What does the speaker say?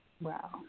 Wow